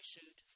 suit